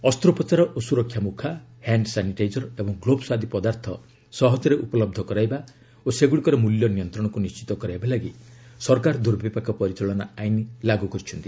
ଅସ୍ତ୍ରୋପଚାର ଓ ସୁରକ୍ଷା ମୁଖା ହ୍ୟାଣ୍ଡ୍ ସାନିଟାଇଜର୍ ଏବଂ ଗ୍ଲୋଭ୍ସ୍ ଆଦି ପଦାର୍ଥ ସହଜରେ ଉପଲହ୍ଧ କରାଇବା ଓ ସେଗୁଡ଼ିକର ମୂଲ୍ୟ ନିୟନ୍ତ୍ରଣକୁ ନିଣ୍ଟିତ କରାଇବା ଲାଗି ସରକାର ଦୁର୍ବିପାକ ପରିଚାଳନା ଆଇନ ଲାଗୁ କରିଛନ୍ତି